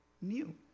new